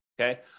okay